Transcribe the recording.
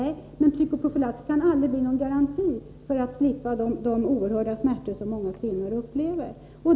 Nej, men psykoprofylax kan aldrig bli någon garanti för att kvinnor skall slippa uppleva de oerhörda smärtor som många av dem upplever.